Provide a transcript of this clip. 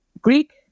Greek